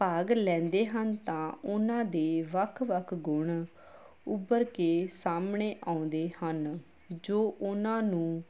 ਭਾਗ ਲੈਂਦੇ ਹਨ ਤਾਂ ਉਹਨਾਂ ਦੇ ਵੱਖ ਵੱਖ ਗੁਣ ਉੱਭਰ ਕੇ ਸਾਹਮਣੇ ਆਉਂਦੇ ਹਨ ਜੋ ਉਹਨਾਂ ਨੂੰ